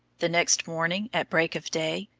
the next morning, at break of day,